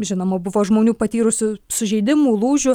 žinoma buvo žmonių patyrusių sužeidimų lūžių